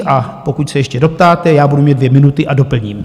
A pokud se ještě doptáte, já budu mít dvě minuty a doplním.